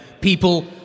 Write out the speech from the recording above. People